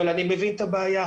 אבל אני מבין את הבעיה,